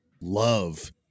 love